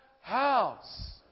house